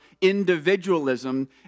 individualism